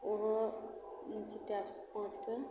उहो इंची टेपसँ पाँचके